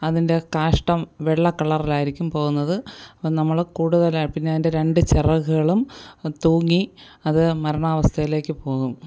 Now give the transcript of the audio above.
അതിൻ്റെ കാഷ്ടം വെള്ളക്കളറിലായിരിക്കും പോകുന്നത് അപ്പോൾ നമ്മൾ കൂടുതലാ പിന്നെ അതിൻ്റെ രണ്ട് ചിറകുകളും തൂങ്ങി അത് മരണാവസ്ഥയിലേക്ക് പോകും